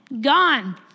gone